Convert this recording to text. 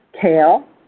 kale